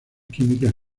químicas